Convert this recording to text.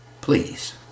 please